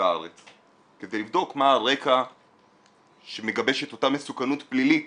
ובחוץ-לארץ כדי לבדוק מה הרקע שמגבש את אותה מסוכנות פלילית